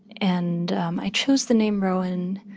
and um i chose the name rowan